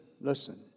listen